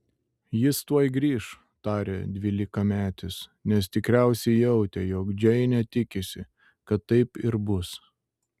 jis tuoj grįš tarė dvylikametis nes tikriausiai jautė jog džeinė tikisi kad taip ir bus